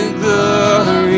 glory